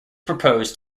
proposed